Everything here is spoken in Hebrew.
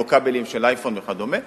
כמו כבלים של אייפון וכדומה.